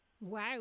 Wow